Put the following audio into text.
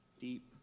deep